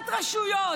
מבחן?